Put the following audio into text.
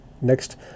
next